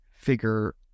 figure